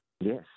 Yes